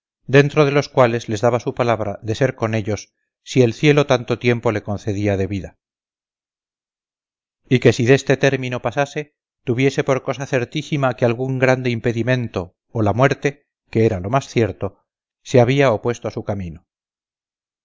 dentro de los cuales les daba su palabra de ser con ellos si el cielo tanto tiempo le concedía de vida y que si deste término pasase tuviese por cosa certísima que algún grande impedimento o la muerte que era lo más cierto se había opuesto a su camino